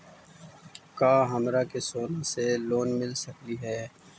का हमरा के सोना से लोन मिल सकली हे?